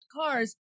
cars